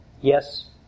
yes